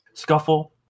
Scuffle